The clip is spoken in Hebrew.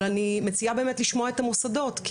אבל אני מציעה באמת לשמוע את המוסדות כי